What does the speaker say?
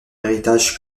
héritage